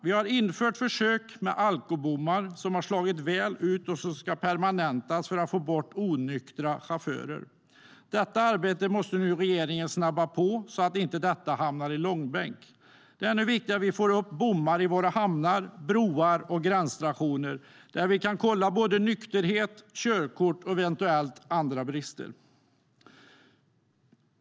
Vi har gjort försök med alkobommar som har slagit väl ut och som ska permanentas, för att få bort onyktra chaufförer. Det arbetet måste regeringen snabba på, så att det inte hamnar i långbänk. Det är nu viktigt att vi får upp bommar i våra hamnar, broar och gränsstationer där vi kan kolla nykterhet, körkort och eventuellt andra brister.